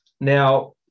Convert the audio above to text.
Now